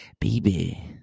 baby